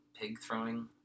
pig-throwing